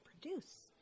produce